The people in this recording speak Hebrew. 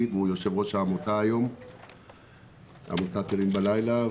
והוא יושב-ראש עמותת "ערים בלילה" היום,